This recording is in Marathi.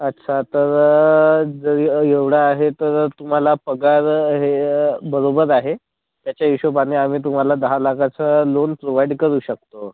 अच्छा तर जर एवढं आहे तर तुम्हाला पगार हे बरोबर आहे त्याच्या हिशोबाने आम्ही तुम्हाला दहा लाखाचं लोन प्रोवाइड करू शकतो